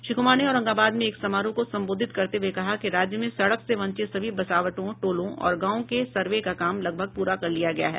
श्री कुमार ने औरंगाबाद में एक समारोह को संबोधित करते हुए कहा कि राज्य में सड़क से वंचित सभी बसावटों टोलों और गांव के सर्वे का काम लगभग प्रा कर लिया गया है